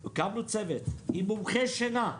ב-2006 הקמנו צוות עם מומחה שינה,